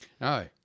No